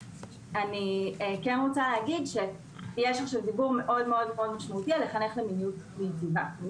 עכשיו יש דיבור מאוד משמעותי לחנך למיניות מיטיבה.